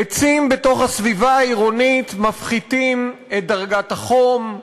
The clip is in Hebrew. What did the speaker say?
עצים בתוך הסביבה העירונית מפחיתים את דרגת החום,